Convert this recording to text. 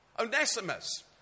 Onesimus